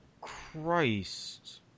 Christ